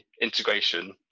integration